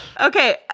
Okay